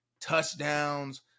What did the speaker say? touchdowns